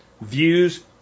views